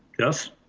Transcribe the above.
yes.